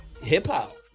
hip-hop